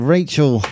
Rachel